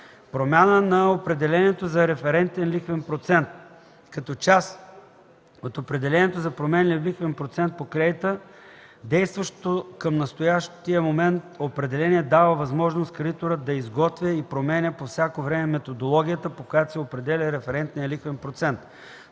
Промяна на определението за „Референтен лихвен процент“, като част от определението за „променлив лихвен процент по кредита“. Действащото към настоящия момент определение дава възможност кредиторът да изготвя и променя по всяко време методологията, по която се определя референтният лихвен процент.